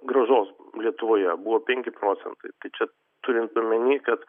grąžos lietuvoje buvo penki procentai tai čia turint omeny kad